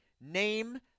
Name